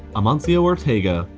amancio ortega,